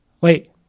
wait